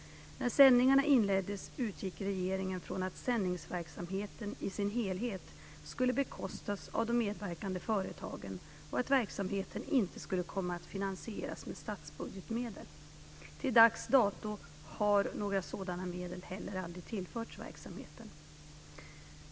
När sändningarna inleddes utgick regeringen från att sändningsverksamheten i sin helhet skulle bekostas av de medverkande företagen och att verksamheten inte skulle komma att finansieras med statsbudgetmedel . Till dags dato har några sådana medel heller aldrig tillförts verksamheten.